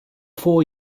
four